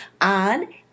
on